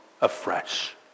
afresh